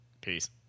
Peace